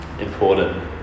important